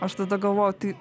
aš tada galvoju tai